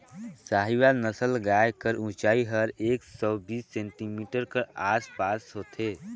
साहीवाल नसल गाय कर ऊंचाई हर एक सौ बीस सेमी कर आस पास होथे